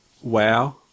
WOW